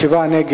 הצבעה.